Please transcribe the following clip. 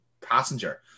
passenger